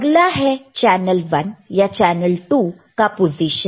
अगला है चैनल 1 या चैनल 2 का पोजीशन